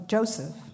Joseph